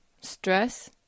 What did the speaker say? stress